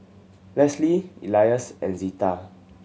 Lesly Elias and Zeta